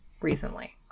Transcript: recently